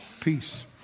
peace